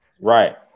Right